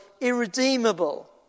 irredeemable